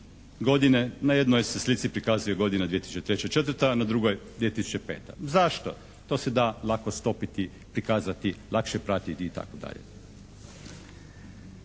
na jednoj se slici prikazuje godina 2003. – 2004., a na drugoj 2005. Zašto? To se da lako stopiti, prikazati, lakše pratiti itd.